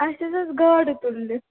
اَسہِ حظ ٲسۍ گاڈٕ تُلنہِ